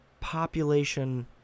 Population